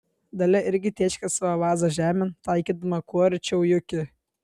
dalia irgi tėškė savo vazą žemėn taikydama kuo arčiau juki